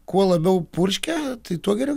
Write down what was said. kuo labiau purškia tai tuo geriau